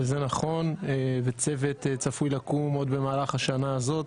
וזה נכון, ועוד במהלך השנה הזאת